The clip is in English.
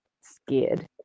scared